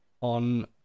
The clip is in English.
on